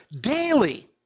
daily